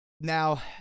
Now